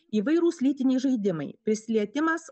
įvairūs lytiniai žaidimai prisilietimas